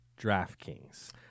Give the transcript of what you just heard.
DraftKings